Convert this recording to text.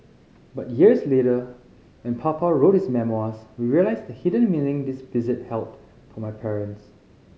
but years later when Papa wrote his memoirs we realised the hidden meaning this visit held for my parents